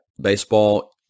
Baseball